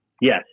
Yes